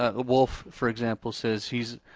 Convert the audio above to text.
ah wolf for example says he's,